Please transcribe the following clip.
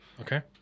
okay